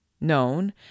known